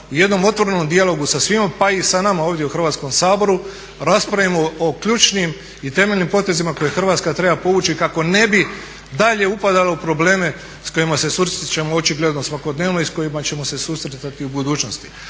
u jednom otvorenom dijalogu sa svima pa i sa nama ovdje u Hrvatskom saboru raspravimo o ključnim i temeljnim potezima koje Hrvatska treba povući kako ne bi dalje upadala u probleme s kojima se susrećemo očigledno svakodnevno i s kojima ćemo se susretati u budućnosti.